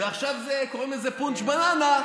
ועכשיו קוראים לזה פונץ'-בננה.